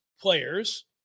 players